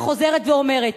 וחוזרת ואומרת,